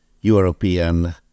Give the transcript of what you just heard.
European